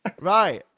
Right